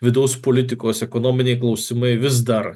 vidaus politikos ekonominiai klausimai vis dar